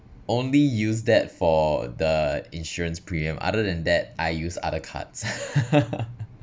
only use that for the insurance premium other than that I use other cards